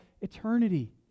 eternity